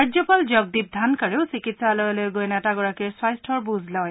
ৰাজ্যপাল জগদ্বীপ ধানকাৰেও চিকিৎসালয়লৈ গৈ নেতাগৰাকীৰ স্বাস্থাৰ বুজ লয়